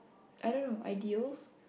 I don't know ideals